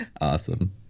Awesome